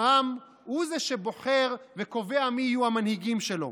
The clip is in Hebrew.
העם הוא זה שבוחר וקובע מי יהיו המנהיגים שלו.